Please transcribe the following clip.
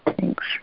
thanks